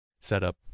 setup